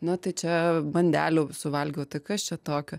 nu tai čia bandelių suvalgiau tai kas čia tokio